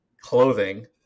clothing